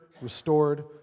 restored